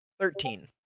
Thirteen